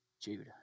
Judah